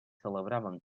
celebraven